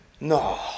No